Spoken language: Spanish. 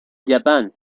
japan